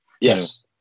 Yes